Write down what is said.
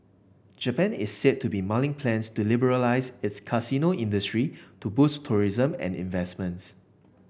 Japan is said to be mulling plans to liberalise its casino industry to boost tourism and investments